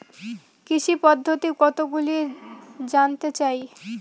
কৃষি পদ্ধতি কতগুলি জানতে চাই?